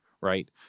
right